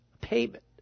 payment